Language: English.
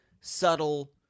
subtle